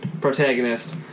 protagonist